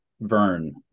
Vern